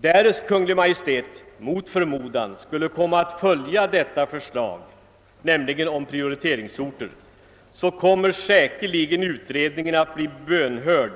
Därest Kungl. Maj:t mot förmodan skulle följa detta förslag om Pprioritering kommer utredningen säkerligen att bli bönhörd